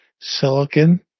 silicon